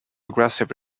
aggressive